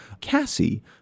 Cassie